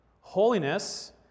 Holiness